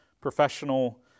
professional